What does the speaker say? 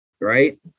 Right